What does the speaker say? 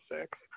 six